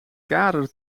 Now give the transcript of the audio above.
kader